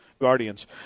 Guardians